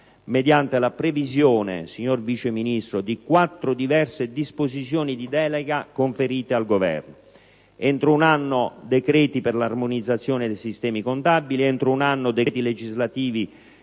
mediante la previsione, signor Vice Ministro, di quattro diverse disposizioni di delega conferite dal Governo: entro un anno, decreti legislativi per l'armonizzazione dei sistemi contabili; sempre entro un anno, decreti legislativi